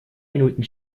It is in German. minuten